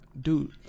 Dude